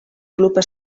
club